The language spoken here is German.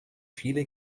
viele